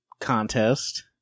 contest